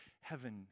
heaven